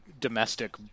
domestic